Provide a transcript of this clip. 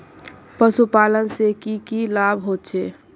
पशुपालन से की की लाभ होचे?